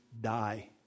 die